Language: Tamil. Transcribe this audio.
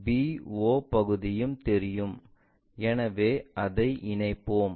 b o பகுதியும் தெரியும் எனவே அதை இணைப்போம்